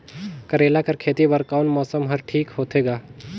करेला कर खेती बर कोन मौसम हर ठीक होथे ग?